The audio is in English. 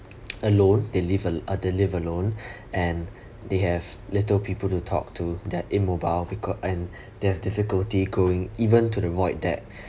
alone they live al~ uh they live alone and they have little people to talk to their immobile becau~ and they have difficulty going even to the void deck